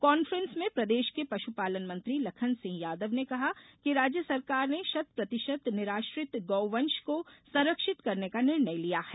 conference में प्रदेश के पशुपालन मंत्री लाखन सिंह यादव ने कहा कि राज्य सरकार ने शत प्रतिशत निराश्रित गौ वंश को संरक्षित करने का निर्णय लिया है